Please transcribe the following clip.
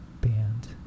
band